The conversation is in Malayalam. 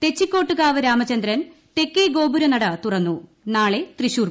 തെച്ചിക്കോട്ട്കാവ് രാമചന്ദ്രൻ തെക്കേഗോപുരനട തുറന്നു നാളെ തൃശൂർപൂരം